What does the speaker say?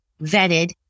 vetted